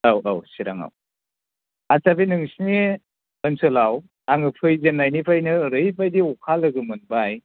औ औ सिरांआव आत्सा बे नोंसिनि ओनसोलाव आङो फैजेननायनिफ्रायनो ओरैबायदि लोगो मोनबाय